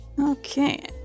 Okay